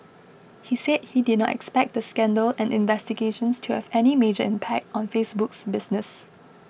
he said he did not expect the scandal and investigations to have any major impact on Facebook's business